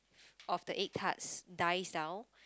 of the egg tarts dies down